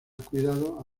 cuidado